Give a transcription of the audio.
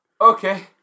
Okay